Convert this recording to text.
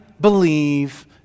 believe